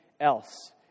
else